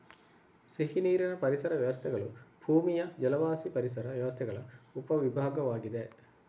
ಸಿಹಿನೀರಿನ ಪರಿಸರ ವ್ಯವಸ್ಥೆಗಳು ಭೂಮಿಯ ಜಲವಾಸಿ ಪರಿಸರ ವ್ಯವಸ್ಥೆಗಳ ಉಪ ವಿಭಾಗವಾಗಿದೆ